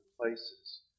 places